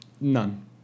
None